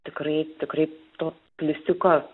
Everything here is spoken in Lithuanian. tikrai tikrai to pliusiuko